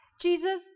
Jesus